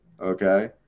Okay